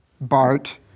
Bart